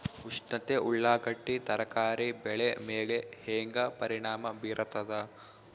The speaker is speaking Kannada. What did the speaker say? ಉಷ್ಣತೆ ಉಳ್ಳಾಗಡ್ಡಿ ತರಕಾರಿ ಬೆಳೆ ಮೇಲೆ ಹೇಂಗ ಪರಿಣಾಮ ಬೀರತದ?